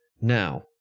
now